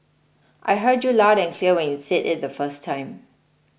I heard you loud and clear when you said it the first time